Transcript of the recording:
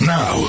Now